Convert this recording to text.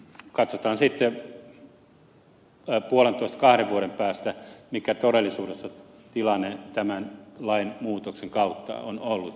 katsotaan sitten puolentoista kahden vuoden päästä mikä todellisuudessa tilanne tämän lainmuutoksen kautta on ollut